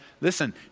listen